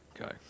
Okay